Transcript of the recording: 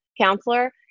counselor